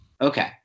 Okay